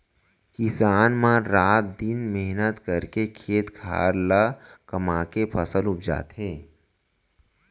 किसान मन रात दिन मेहनत करके खेत खार ल कमाके फसल उपजाथें